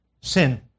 sin